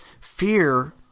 Fear